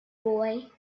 boy